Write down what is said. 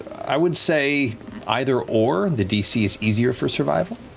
i would say either-or. the dc is easier for survival.